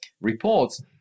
reports